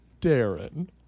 Darren